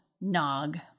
Nog